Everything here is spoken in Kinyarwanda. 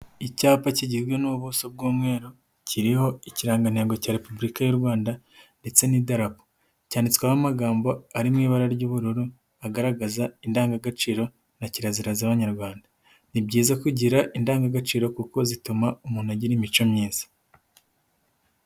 Icyapa kigizwe n'ubuso bw'umweru, kiriho ikirangantego cya Repubulika y'u Rwanda ndetse n'idarabu, cyanditswehomo amagambo ari mu ibara ry'ubururu agaragaza indangagaciro na kirazira z'abanyarwanda, ni byiza kugira indangagaciro kuko zituma umuntu agira imico myiza.